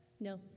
No